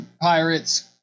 pirates